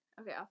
Okay